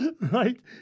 Right